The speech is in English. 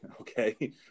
okay